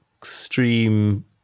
extreme